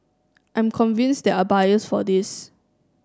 I'm convince there are buyers for this